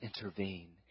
intervene